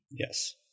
Yes